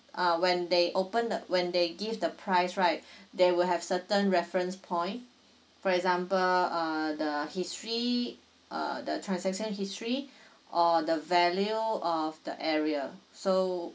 uh when they open the when they give the price right there will have certain reference point for example uh the history uh the transaction history or the value of the area so